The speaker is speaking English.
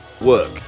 Work